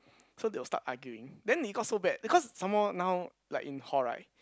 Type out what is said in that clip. so they will start arguing then it got so bad because some more now like in hall right